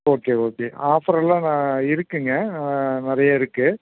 okay okay offer எல்லாம் இருக்குதுங்க நிறைய இருக்குது